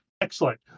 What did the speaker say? excellent